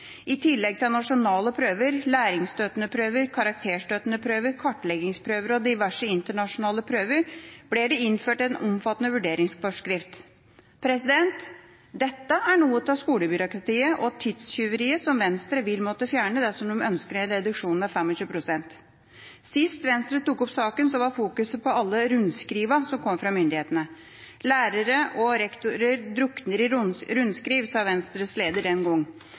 I tillegg til nasjonale prøver, læringsstøttende prøver, karakterstøttende prøver, kartleggingsprøver og diverse internasjonale prøver ble det innført en omfattende vurderingsforskrift. Dette er noe av «skolebyråkratiet» og «tidstyveriet» som Venstre vil måtte fjerne dersom de ønsker en reduksjon med 25 pst. Sist Venstre tok opp saken, var fokuset på alle rundskrivene som kom fra myndighetene. Lærere og rektorer drukner i rundskriv, sa Venstres leder den